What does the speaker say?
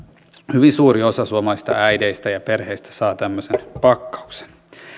hyvin suuri osa suomalaisista äideistä ja perheistä saa tämmöisen pakkauksen